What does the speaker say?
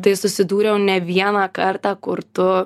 tai susidūriau ne vieną kartą kur tu